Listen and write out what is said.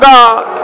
God